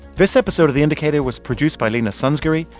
this episode of the indicator was produced by leena sanzgiri.